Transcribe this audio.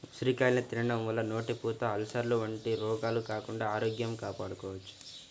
ఉసిరికాయల్ని తినడం వల్ల నోటిపూత, అల్సర్లు వంటి రోగాలు రాకుండా ఆరోగ్యం కాపాడుకోవచ్చు